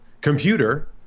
Computer